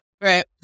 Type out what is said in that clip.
Right